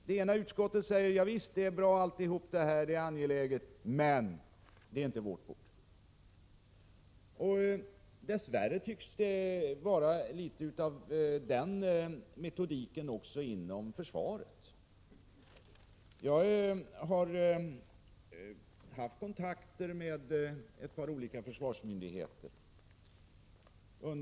Det ena utskottet säger: Det är bra, ärendet är angeläget, men det är inte vårt bord. Dess värre tycks det vara litet av denna metodik som också tillämpas inom försvaret. Jag har haft kontakter med ett par olika försvarsmyndigheter.